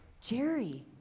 Jerry